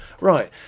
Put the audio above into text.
Right